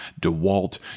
dewalt